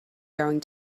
going